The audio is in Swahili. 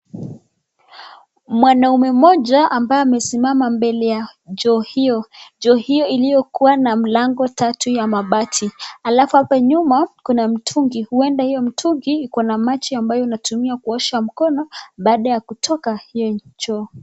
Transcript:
Mwanaume mmoja ambaye amesimama mbele ya choo hio. Choo hio iliyokuwa na milango tatu ya mabati, alafu hapo nyuma kuna mtungi. Huenda hio mtungi iko na maji ambayo inatumika kuosha mkono, baada ya kutoka hio choo.